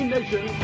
Nation